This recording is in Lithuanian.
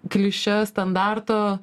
klišes standarto